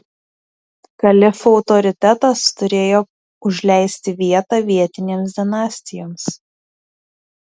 kalifų autoritetas turėjo užleisti vietą vietinėms dinastijoms